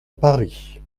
paris